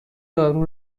دارو